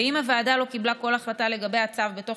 אם הוועדה לא קיבלה כל החלטה לגבי הצו בתוך